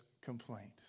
complaint